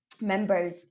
members